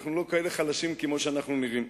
אנחנו לא כאלה חלשים כמו שאנחנו נראים.